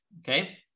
okay